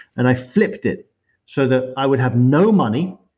and i flipped it so that i would have no money,